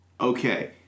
Okay